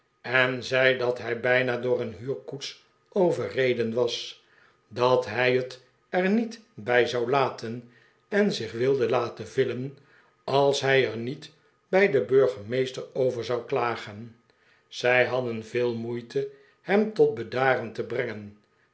en zei dat hij bijna door een huurkoets overreden was dat hij het er niet bij zou laten en zich wilde laten villen als hij er niot bij den burgemeester over zou klagen zij hadden veel moeite hem tot beciaren te brengen